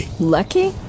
Lucky